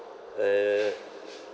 uh